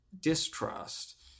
distrust